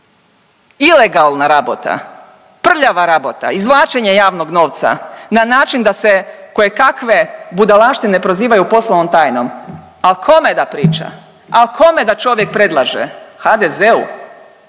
ilegalna rabota, prljava rabota, izvlačenje javnog novca na način da se kojekakve budalaštine prozivaju poslovnom tajnom. Ali kome da priča? Ali kome da čovjek predlaže? HDZ-u?